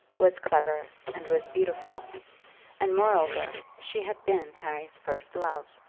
was clever, and was beautiful and moreover she had been harry's first love.